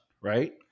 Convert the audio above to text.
right